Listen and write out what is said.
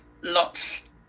lots